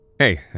Hey